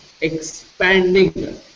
expanding